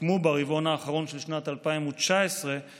הוקמו ברבעון האחרון של שנת 2019 מחלקי